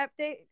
update